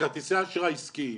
כרטיסי אשראי עסקיים